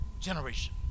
generation